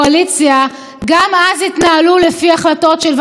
גם אז התנהלו לפי החלטות של ועדת שרים לחקיקה.